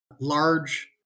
large